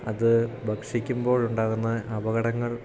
അത് ഭക്ഷിക്കുമ്പോഴുണ്ടാകുന്ന അപകടങ്ങൾ